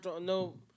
no